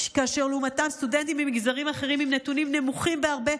כאשר לעומתם סטודנטים ממגזרים אחרים עם נתונים נמוכים בהרבה,